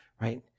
right